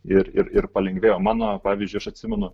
ir ir palengvėjo mano pavyzdžiui aš atsimenu